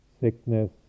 sickness